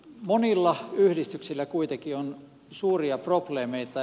monilla yhdistyksillä kuitenkin on suuria probleemeita